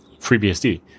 FreeBSD